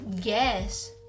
guess